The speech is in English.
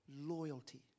loyalty